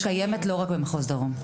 היא קיימת לא רק במחוז דרום.